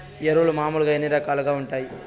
ఎరువులు మామూలుగా ఎన్ని రకాలుగా వుంటాయి?